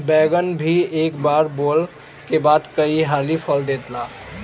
बैगन भी एक बार बोअला के बाद कई हाली फल देला